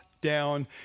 down